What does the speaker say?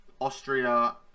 Austria